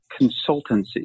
consultancy